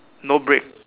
no brick